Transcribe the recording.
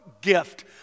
gift